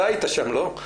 אתה היית שם, לא?